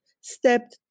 step